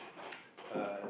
uh